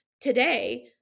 today